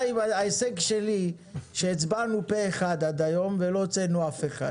ההישג שלי שהצבענו פה אחד עד היום ולא הוצאנו אף אחד,